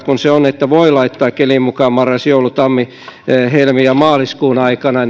kun se on niin että voi laittaa kelin mukaan marras joulu tammi helmi ja maaliskuun aikana